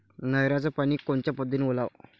नयराचं पानी कोनच्या पद्धतीनं ओलाव?